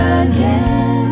again